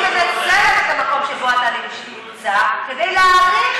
הייתי מנצלת את המקום שבו אתה נמצא כדי להאריך